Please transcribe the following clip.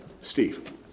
Steve